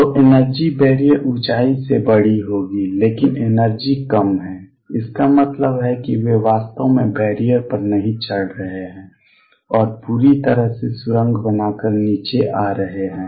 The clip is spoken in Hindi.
तो एनर्जी बैरियर ऊंचाई से बड़ी होगी लेकिन एनर्जी कम है इसका मतलब है कि वे वास्तव में बैरियर पर नहीं चढ़ रहे हैं और पूरी तरह से सुरंग बनाकर नीचे आ रहे हैं